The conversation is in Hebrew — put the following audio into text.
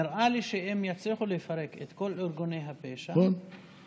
נראה לי שאם יצליחו לפרק את כל ארגוני הפשע הם יכניסו